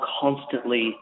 constantly